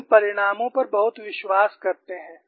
लोग इन परिणामों पर बहुत विश्वास करते हैं